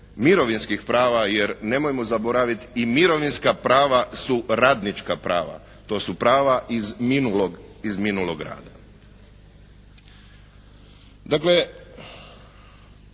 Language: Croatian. mirovinskih prava jer nemojmo zaboraviti i mirovinska prava su radnička prava. To su prava iz minulog rada.